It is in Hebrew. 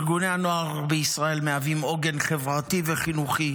ארגוני הנוער בישראל מהווים עוגן חברתי וחינוכי